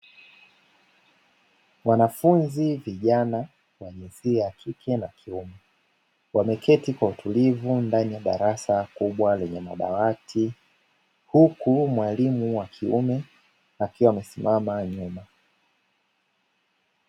Wanafunzi vijana wa jinsia ya kike na kiume wameketi kwa utulivu ndani ya darasa kubwa lenye madawati huku mwalimu wa kiume akiwa amesimama nyuma.